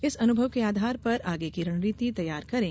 इस अनुभव के आधार पर आगे की रणनीति तैयार करें